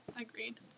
Agreed